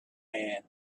man